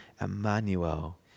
Emmanuel